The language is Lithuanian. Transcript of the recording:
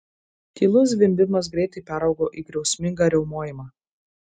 tylus zvimbimas greitai peraugo į griausmingą riaumojimą